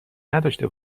نداشته